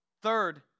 Third